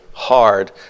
hard